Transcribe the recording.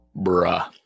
Bruh